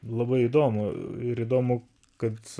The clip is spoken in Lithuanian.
labai įdomu ir įdomu kad